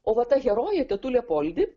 o va ta herojė tetulė poldi